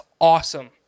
awesome